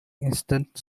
instant